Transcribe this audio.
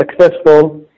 successful